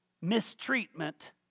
mistreatment